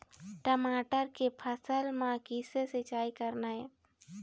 टमाटर के फसल म किसे सिचाई करना ये?